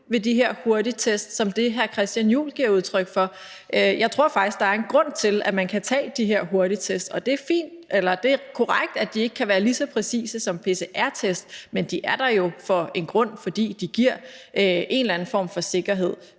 ved de her hurtigtest som den, hr. Christian Juhl giver udtryk for. Jeg tror faktisk, at der er en grund til, at man kan tage de her hurtigtest. Og det er korrekt, at de ikke kan være lige så præcise som pcr-test, men de er der jo af en grund, nemlig at de giver en eller anden form for sikkerhed